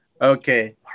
Okay